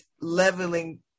leveling